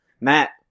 matt